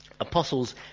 Apostles